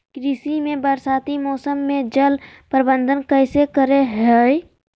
कृषि में बरसाती मौसम में जल प्रबंधन कैसे करे हैय?